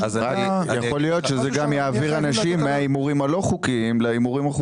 יכול להיות שזה גם יעביר אנשים מההימורים הלא חוקיים להימורים החוקיים.